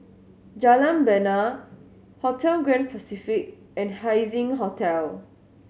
Jalan Bena Hotel Grand Pacific and Haising Hotel